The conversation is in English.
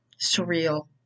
surreal